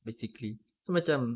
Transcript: basically so macam